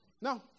no